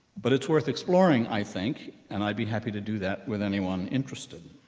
but it's worth exploring, i think, and i'd be happy to do that with anyone interested.